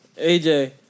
AJ